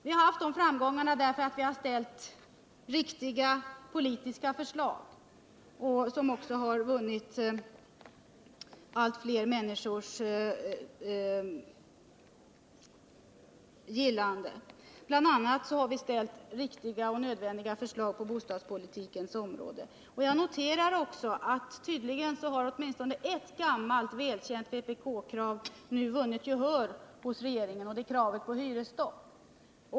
Vi har haft de framgångarna därför att vi ställt riktiga politiska förslag, som också vunnit allt fler människors gillande. Bl. a. har vi ställt riktiga och nödvändiga förslag på bostadspolitikens område. Jag noterar också att tydligen har ett gammalt välkänt vpk-krav nu vunnit gehör hos regeringen, och det är kravet på hyresstopp.